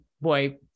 boy